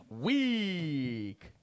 week